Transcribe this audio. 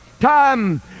time